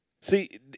See